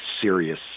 serious